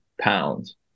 pounds